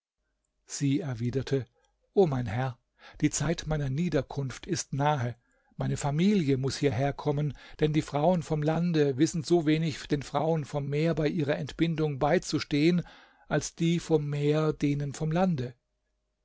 sie erwiderte o mein herr die zeit meiner niederkunft ist nahe meine familie muß hierher kommen denn die frauen vom lande wissen so wenig den frauen vom meer bei ihrer entbindung beizustehen als die vom meer denen vom lande